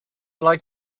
like